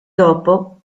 dopo